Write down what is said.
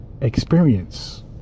experience